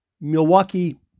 Milwaukee